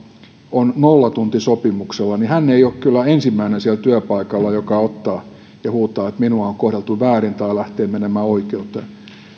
on nollatuntisopimuksella ole kyllä ensimmäinen siellä työpaikalla joka ottaa ja huutaa että minua on kohdeltu väärin tai lähtee menemään oikeuteen